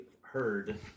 heard